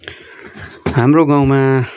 हाम्रो गाउँमा